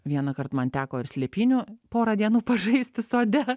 vienąkart man teko ir slėpynių porą dienų pažaisti sode